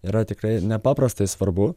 yra tikrai nepaprastai svarbu